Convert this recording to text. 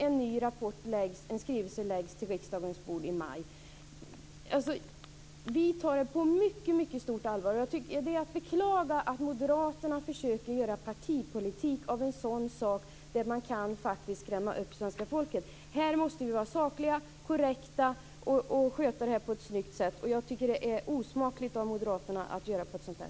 En skrivelse läggs fram på riksdagens bord i maj. Vi tar detta på mycket stort allvar, och det är att beklaga att moderaterna försöker göra partipolitik av en sådan här sak. Man kan faktiskt skrämma upp svenska folket här. Vi måste vara sakliga och korrekta och sköta det här på ett snyggt sätt, och jag tycker att det är osmakligt av moderaterna att göra så här.